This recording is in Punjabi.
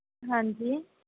ਹਾਂਜੀ